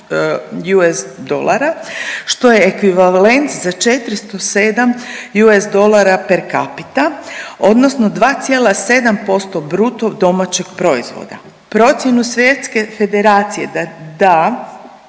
što je ekvivalent za 407 USD per capita odnosno 2,7% BDP-a. Procjenu Svjetske Federacije da, da